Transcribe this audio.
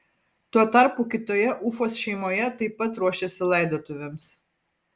tuo tarpu kitoje ufos šeimoje taip pat ruošėsi laidotuvėms